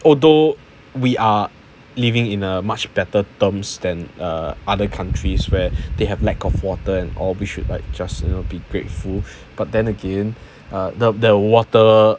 although we are living in a much better terms than uh other countries where they have lack of water and or we should like just you know be grateful but then again the the water